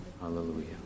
Hallelujah